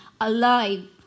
alive